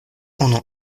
unu